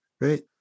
right